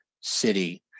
city